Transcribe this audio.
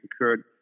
occurred